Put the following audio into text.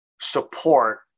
support